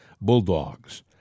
Bulldogs